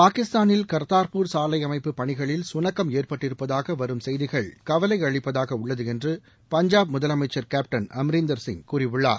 பாகிஸ்தானில் கர்தார்பூர் சாலை அமைப்பு பணிகளில் சுணக்கம் ஏற்பட்டிருப்பதாக வரும் செய்திகள் கவலை அளிப்பதாக உள்ளது என்று பஞ்சாப் முதலமைச்சர் கேப்டன் அம்ரீந்தர் சிங் கூறியுள்ளார்